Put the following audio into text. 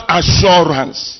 assurance